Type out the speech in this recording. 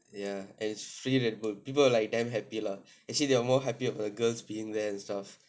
ya and it's free red bull people damn happy lah actually they are more happy about the girls being there and stuff